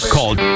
Called